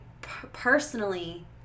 personally